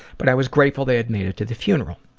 but i was grateful they had made it to the funeral.